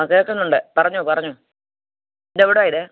ആ കേൾക്കുന്നുണ്ട് പറഞ്ഞോ പറഞ്ഞോ ഇത് എവിടെയാണ് ഇത്